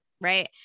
right